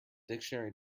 dictionary